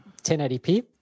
1080p